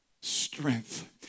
strength